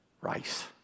rice